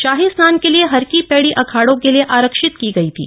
शाही स्नाम के लिए हरकी पैड़ी अखाहों के लिए आरक्षित की गई थी